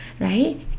right